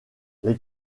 les